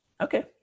Okay